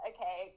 Okay